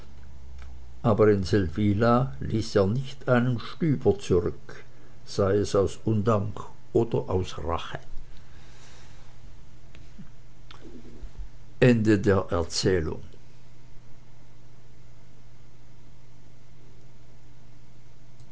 aber in seldwyla ließ er nicht einen stüber zurück sei es aus undank oder aus rache